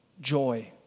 joy